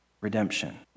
redemption